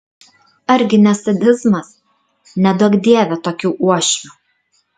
ar gi ne sadizmas neduok dieve tokių uošvių